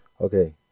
Okay